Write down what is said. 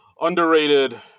underrated